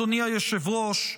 אדוני היושב-ראש,